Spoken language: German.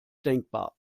denkbar